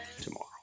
tomorrow